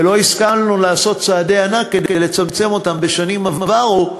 ולא השכלנו לעשות צעדי ענק כדי לצמצם אותם בשנים עברו,